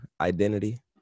identity